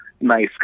nice